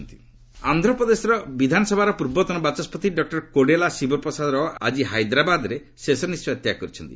AP former speaker Andhra Pradesh ବିଧାନସଭାର ପୂର୍ବତନ ବାଚସ୍କତି ଡକ୍କର କୋଡେଲା ଶିବପ୍ରସାଦ ରାଓ ଆଜି ହାଇଦ୍ରାବାଦ୍ରେ ଶେଷ ନିଶ୍ୱାସ ତ୍ୟାଗ କରିଛନ୍ତି